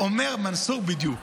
אומר מנסור: בדיוק.